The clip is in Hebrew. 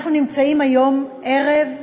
אנחנו נמצאים היום ערב סיום,